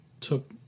took